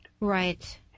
Right